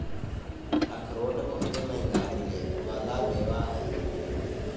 अखरोट बहुते मंहगा मिले वाला मेवा ह